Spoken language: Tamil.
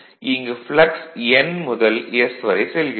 இங்கு ப்ளக்ஸ் N முதல் S வரை செல்கிறது